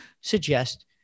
suggest